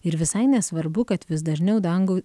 ir visai nesvarbu kad vis dažniau dangų